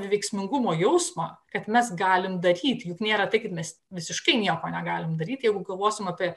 veiksmingumo jausmą kad mes galim daryti juk nėra taip kad mes visiškai nieko negalim daryti jeigu galvosim apie